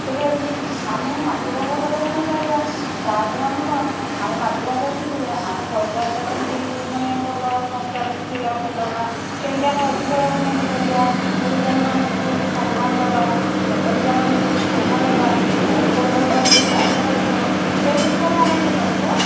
ସେଠି ଅଛି ଆମେ ମାତୃଭାଷା ଦ୍ଵାରା ଜାଣିପାରିବା ତା'ପରେ ଆମେ କ'ଣ ଆମେ ମାତୃଭାଷା ଶିଖିଲେ ଆମେ ପରିବାରର କେମିତି ମାନେ ଭଲ ସଂସ୍କାର ଶିଖିବେ ଆମ ପିଲାଟା କେମିତି ଆମେ ଅଧିକ ଉନ୍ନତି କରିବା ଗୁରୁଜନମାନଙ୍କୁ କେମିତି ସମ୍ମାନ ଦେବା ଛୋଟ ପିଲାମାନଙ୍କୁ କେମିତି ସ୍ନେହ ଦେବା କେଉଁ ପର୍ବପର୍ବାଣୀରେ କ'ଣ କରାଯିବ ସେ ବିଷୟରେ ଆମ ସବୁ ତଥ୍ୟ